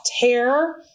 hair